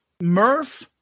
Murph